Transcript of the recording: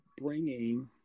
bringing